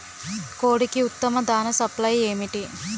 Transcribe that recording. కోడికి ఉత్తమ దాణ సప్లై ఏమిటి?